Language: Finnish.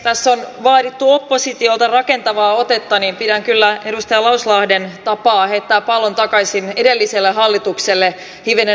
tässä on vaadittu oppositiolta rakentavaa otetta ja pidän kyllä edustaja lauslahden tapaa heittää pallo takaisin edelliselle hallitukselle hivenen outona